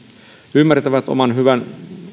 ymmärtävät oman hyvän